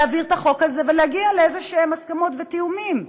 להעביר את החוק הזה ולהגיע לאיזשהן הסכמות ותיאומים.